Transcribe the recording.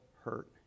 hurt